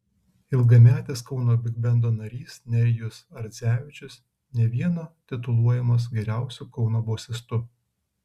ilgametis kauno bigbendo narys nerijus ardzevičius ne vieno tituluojamas geriausiu kauno bosistu